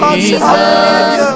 Jesus